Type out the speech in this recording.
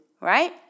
right